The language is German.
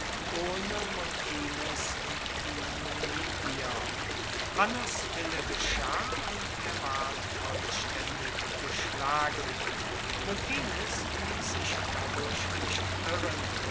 muttines und die numidier hannos wille geschah und er ward vollstaendig geschlagen muttines liess sich dadurch nicht irren